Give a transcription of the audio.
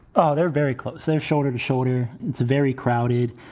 oh, they're very close. they're shoulder to shoulder. it's very crowded.